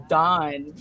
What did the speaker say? done